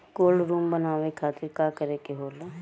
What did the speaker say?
Cold room बनावे खातिर का करे के होला?